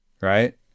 right